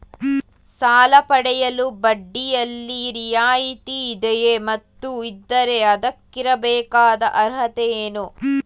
ಸಾಲ ಪಡೆಯಲು ಬಡ್ಡಿಯಲ್ಲಿ ರಿಯಾಯಿತಿ ಇದೆಯೇ ಮತ್ತು ಇದ್ದರೆ ಅದಕ್ಕಿರಬೇಕಾದ ಅರ್ಹತೆ ಏನು?